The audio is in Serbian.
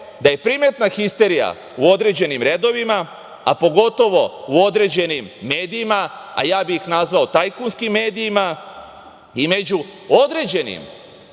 da je primetna histerija u određenim redovima, a pogotovo u određenim medijima, a ja bi ih nazvao tajkunskim medijima i među određenim